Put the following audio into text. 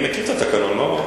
אדוני מכיר את התקנון, לא?